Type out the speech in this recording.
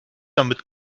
damit